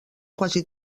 quasi